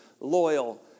loyal